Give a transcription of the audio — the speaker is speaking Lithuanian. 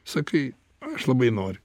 sakai aš labai noriu